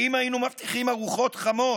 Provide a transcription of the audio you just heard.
ואם היינו מבטיחים ארוחות חמות,